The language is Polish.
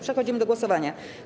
Przechodzimy do głosowania.